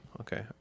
okay